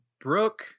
Brooke